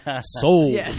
sold